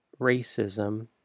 racism